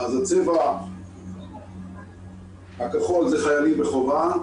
הצבע הכחול זה חיילים בחובה,